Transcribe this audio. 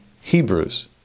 Hebrews